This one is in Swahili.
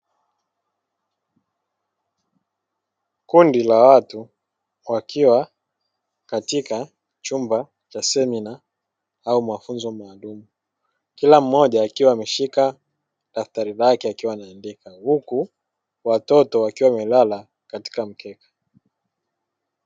Kundi la watu wakiwa katika chumba cha semina au mafunzo maalumu kila mmoja akiwa ameshika daftari lake akiwa anaandika huku watoto wakiwa wamelala katika mkeka.